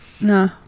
no